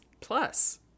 plus